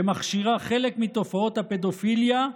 שמכשירה חלק מתופעות הפדופיליה,